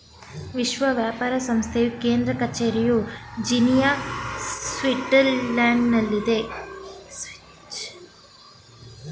ವಿಶ್ವ ವ್ಯಾಪಾರ ಸಂಸ್ಥೆಯ ಕೇಂದ್ರ ಕಚೇರಿಯು ಜಿನಿಯಾ, ಸ್ವಿಟ್ಜರ್ಲ್ಯಾಂಡ್ನಲ್ಲಿದೆ